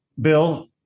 Bill